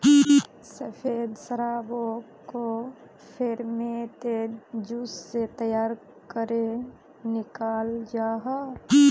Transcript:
सफ़ेद शराबोक को फेर्मेंतेद जूस से तैयार करेह निक्लाल जाहा